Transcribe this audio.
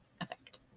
effect